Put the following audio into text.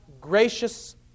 gracious